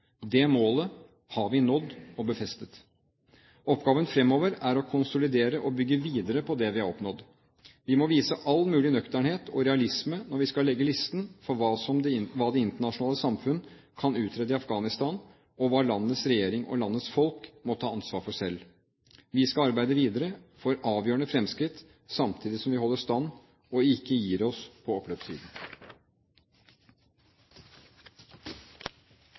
Det målet har vi nådd og befestet. Oppgaven fremover er å konsolidere og bygge videre på det vi har oppnådd. Vi må vise all mulig nøkternhet og realisme når vi skal legge listen for hva det internasjonale samfunn kan utrette i Afghanistan, og hva landets regjering og landets folk må ta ansvar for selv. Vi skal arbeide videre for avgjørende fremskritt samtidig som vi holder stand og ikke gir oss på oppløpssiden.